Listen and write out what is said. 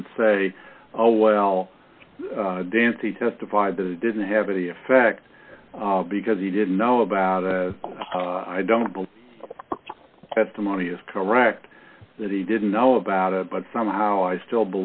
can say oh well dancy testified that he didn't have any effect because he didn't know about it i don't believe that the money is correct that he didn't know about it but somehow i still